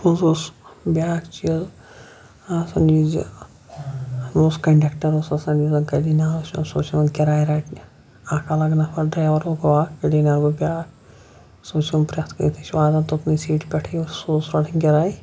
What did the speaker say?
اَتھ منٛز اوس بیٛاکھ چیٖز آسان یہِ زِ اَتھ منٛز اوس کَنڈٮ۪کٹَر اوس آسان یُس زَن کٔلیٖنَر اوس سُہ اوس یِوان کِراے رَٹنہِ اَکھ الگ نفر ڈرٛایوَر گوٚو اَکھ کٔلیٖنَر گوٚو بیٛاکھ سُہ اوس یِوان پرٛٮ۪تھ کٲنٛسہِ نِش واتان توٚتنٕے سیٖٹہِ پٮ۪ٹھٕے اوس سُہ اوس رَٹان کِراے